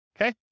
Okay